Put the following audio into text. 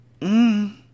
Mmm